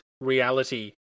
reality